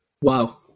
Wow